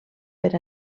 per